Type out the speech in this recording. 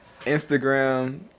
instagram